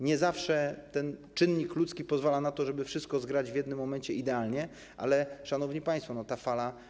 Nie zawsze czynnik ludzki pozwala na to, żeby wszystko zgrać w jednym momencie idealnie, ale szanowni państwo, ta fala.